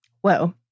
Whoa